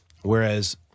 whereas